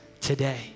today